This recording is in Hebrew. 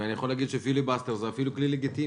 ואני יכול להגיד שפיליבסטר הוא אפילו כלי לגיטימי,